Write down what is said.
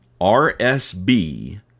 RSB